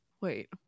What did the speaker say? Wait